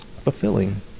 Fulfilling